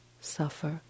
suffer